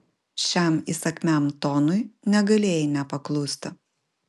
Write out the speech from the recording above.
šiam įsakmiam tonui negalėjai nepaklusti